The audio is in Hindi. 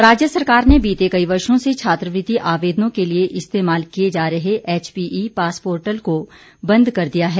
पोर्टल राज्य सरकार ने बीते कई वर्षो से छात्रवृति आवेदनों के लिए इस्तेमाल किए जा रहे एचपीई पास पोर्टल को बंद कर दिया है